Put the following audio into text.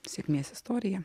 sėkmės istorija